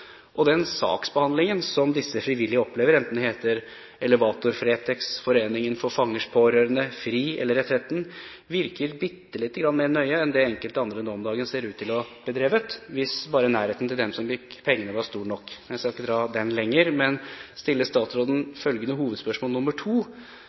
Den saksbehandlingen som disse frivillige opplever, enten de heter Elevator, Fretex, Foreningen For Fangers Pårørende, FRI eller Retretten, virker litt mer nøye enn det enkelte andre nå om dagen ser ut til å ha bedrevet, hvis bare nærheten til dem som fikk pengene, var stor nok. Jeg skal ikke dra den lenger, men jeg vil stille statsråden